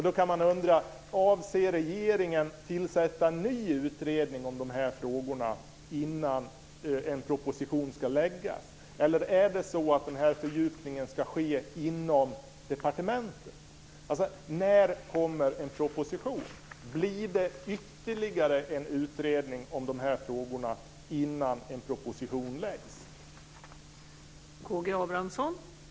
Då kan man undra: Avser regeringen att tillsätta en ny utredning om de här frågorna innan en proposition ska läggas fram, eller är det så att den här fördjupningen ska ske inom departementet? När kommer en proposition? Blir det ytterligare en utredning om de här frågorna innan en proposition läggs fram?